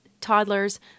toddlers